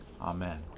Amen